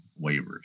waivers